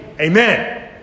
Amen